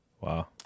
Wow